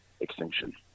extinction